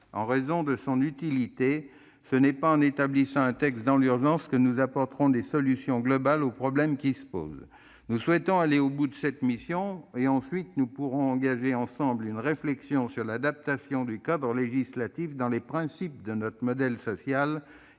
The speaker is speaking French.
en raison de son utilité. Ce n'est pas en établissant un texte dans l'urgence que nous apporterons des solutions globales aux problèmes qui se posent ! Nous souhaitons aller au bout de la mission. Ensuite, nous pourrons engager, ensemble, une réflexion sur l'adaptation du cadre législatif, dans les principes de notre modèle social, qui